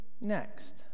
next